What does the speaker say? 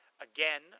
Again